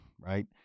right